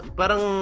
parang